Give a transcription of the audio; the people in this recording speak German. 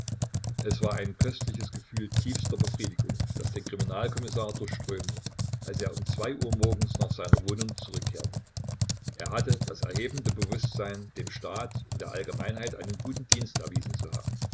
es war ein köstliches gefühl tiefster befriedigung das den kriminalkommissar durchströmte als er um zwei uhr morgens nach seiner wohnung zurückkehrte er hatte das erhebende bewußtsein dem staat und der allgemeinheit einen guten dienst erwiesen zu haben